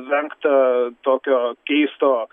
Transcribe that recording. vengta tokio keisto